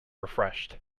refreshed